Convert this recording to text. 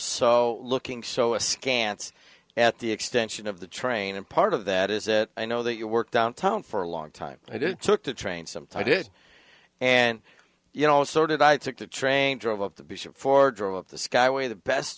so looking so askance at the extension of the train and part of that is that i know that you work downtown for a long time i did took the train some time did and you know sort of i took the train drove up to be for drove the skyway the best